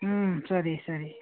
ಹ್ಞೂ ಸರಿ ಸರಿ